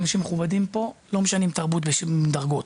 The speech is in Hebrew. אנשים מכובדים פה לא משנים תרבות בשום דרגות,